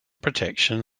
protection